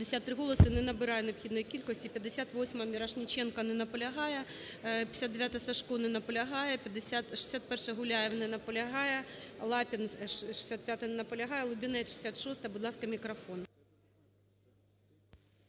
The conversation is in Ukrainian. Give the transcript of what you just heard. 53 голоси. Не набирає необхідної кількості. 58-а. Мірошниченко не наполягає. 59-а,Сажко. Не наполягає. 61-а, Гуляєв. Не наполягає. Лапін, 65-а. Не наполягає. Лубінець, 66-а. Будь ласка, мікрофон.